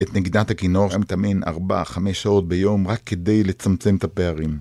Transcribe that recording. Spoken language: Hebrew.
את נגידת הכינור שמתאמן 4-5 שעות ביום רק כדי לצמצם את הפערים